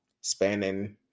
spanning